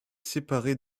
séparée